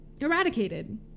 eradicated